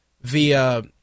via